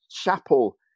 chapel